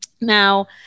Now